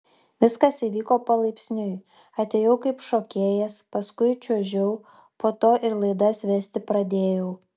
viskas įvyko palaipsniui atėjau kaip šokėjas paskui čiuožiau po to ir laidas vesti pradėjau